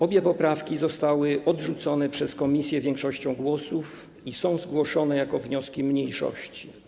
Obie poprawki zostały odrzucone przez komisję większością głosów i są zgłoszone jako wnioski mniejszości.